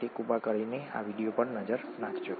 તો કૃપા કરીને આ વીડિયો પર એક નજર નાખો